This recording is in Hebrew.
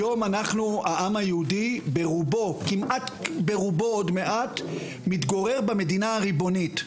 היום אנחנו העם היהודי ברובו עוד מעט מתגורר במדינה הריבונית.